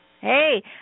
Hey